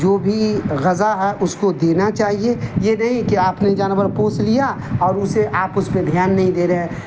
جو بھی غذا ہے اس کو دینا چاہیے یہ نہیں کہ آپ نے جانور پوس لیا اور اسے آپ اس پہ دھیان نہیں دے رہے ہیں